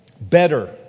better